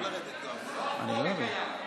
אין, יצרתם לכם מציאות, בועה, שם אתם נמצאים.